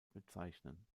bezeichnen